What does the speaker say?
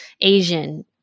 Asian